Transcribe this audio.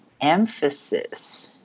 emphasis